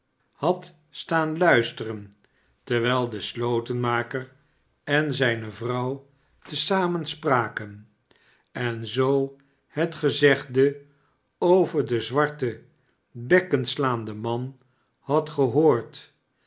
had staan luisteren terwxjl deslotenmaker en zijne vrouw te zamen spraken en zoo het gezegde over den zwarten bekkenslaande man had gehoord